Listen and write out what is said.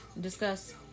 discuss